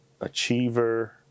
achiever